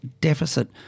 deficit